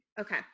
Okay